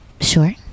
sure